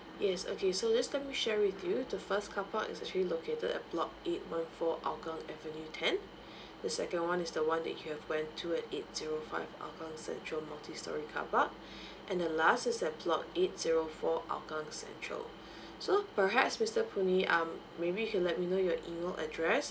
yes okay so just let me share with you the first carpark is actually located at block eight one four hougang avenue ten the second one is the one that you have went to at eight zero five hougang central multistorey carpark and the last is at plot eight zero four hougang central so perhaps mister puh nee um maybe you can let me know your email address